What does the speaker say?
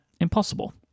impossible